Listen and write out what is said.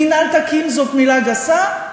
מינהל תקין זאת מילה גסה?